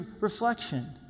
reflection